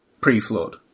pre-flood